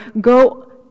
go